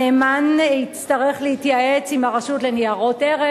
הנאמן יצטרך להתייעץ עם הרשות לניירות ערך,